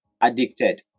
addicted